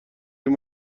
این